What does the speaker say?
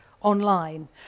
online